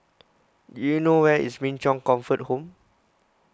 do you know where is Min Chong Comfort Home